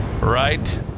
Right